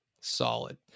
solid